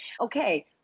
Okay